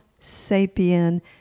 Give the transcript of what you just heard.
sapien